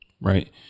Right